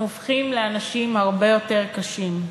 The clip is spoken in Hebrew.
אנחנו הופכים לאנשים הרבה יותר קשים.